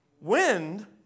wind